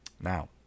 Now